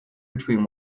between